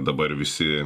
dabar visi